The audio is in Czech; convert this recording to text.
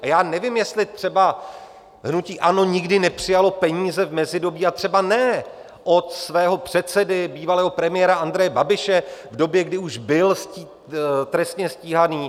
A já nevím, jestli třeba hnutí ANO nikdy nepřijalo peníze v mezidobí, a třeba ne od svého předsedy, bývalého premiéra Andreje Babiše, v době, kdy už byl trestně stíhaný.